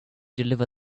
deliver